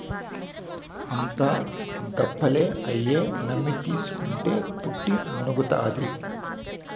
అంతా గప్పాలే, అయ్యి నమ్మి తీస్కుంటే పుట్టి మునుగుతాది